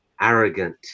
arrogant